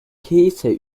käse